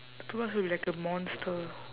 the toothbrush would be like a monster